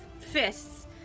fists